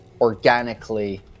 organically